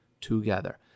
together